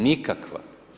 Nikakva.